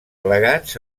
plegats